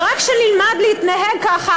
ורק כשנלמד להתנהג ככה,